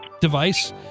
device